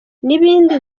nibindi